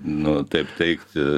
nu taip teigti